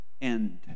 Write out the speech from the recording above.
end